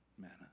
Manna